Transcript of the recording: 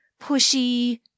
pushy